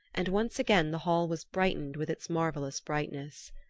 and once again the hall was brightened with its marvelous brightness.